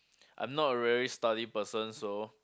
I'm not a really study person so